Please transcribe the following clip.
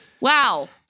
Wow